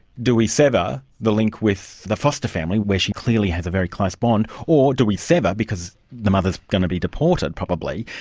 do we sever the link with the foster family, where she clearly has a very close bond, or do we sever, because the mother's going to be deported probably,